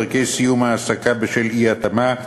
דרכי סיום העסקה בשל אי-התאמה,